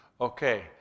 Okay